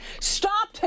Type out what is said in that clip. stop